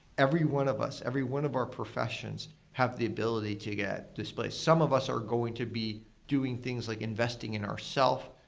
every one of us, every one of our professions have the ability to get displaced. some of us are going to be doing things like investing in ourself,